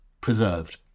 preserved